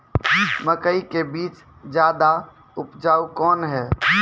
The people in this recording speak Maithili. मकई के बीज ज्यादा उपजाऊ कौन है?